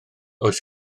oes